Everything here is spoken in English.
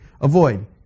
avoid